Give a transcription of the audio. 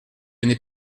n’est